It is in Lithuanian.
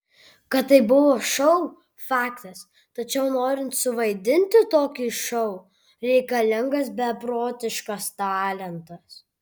kad tai buvo šou faktas tačiau norint suvaidinti tokį šou reikalingas beprotiškas talentas